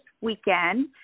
weekend